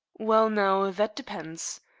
well, now, that depends.